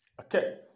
Okay